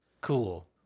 Cool